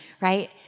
right